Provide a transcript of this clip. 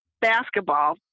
basketball